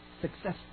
successful